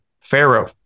Pharaoh